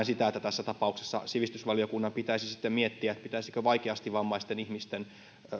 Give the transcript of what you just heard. sitä että tässä tapauksessa sivistysvaliokunnan pitäisi sitten miettiä pitäisikö vaikeasti vammaisten ihmisten